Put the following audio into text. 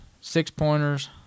six-pointers